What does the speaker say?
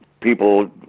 people